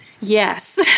Yes